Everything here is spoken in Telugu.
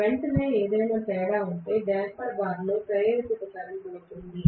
వెంటనే ఏదైనా తేడా ఉంటే డేంపర్ బార్లో ప్రేరేపిత కరెంట్ ఉంటుంది